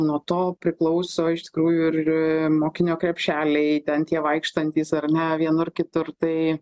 nuo to priklauso iš tikrųjų ir mokinio krepšeliai ten tie vaikštantys ar ne vienur kitur tai